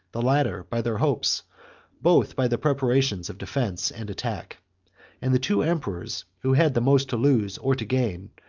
the latter by their hopes both by the preparations of defence and attack and the two emperors, who had the most to lose or to gain,